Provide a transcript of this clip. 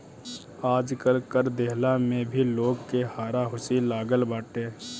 आजकल कर देहला में भी लोग के हारा हुसी लागल बाटे